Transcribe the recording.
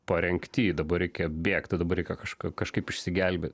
parengty dabar reikia bėgti dabar kažka kažkaip išsigelbėti